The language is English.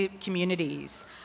communities